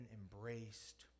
embraced